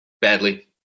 Badly